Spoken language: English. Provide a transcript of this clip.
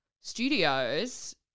studios